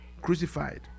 crucified